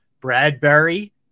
bradbury